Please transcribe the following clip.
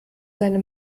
seine